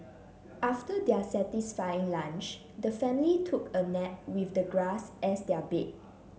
after their satisfying lunch the family took a nap with the grass as their bed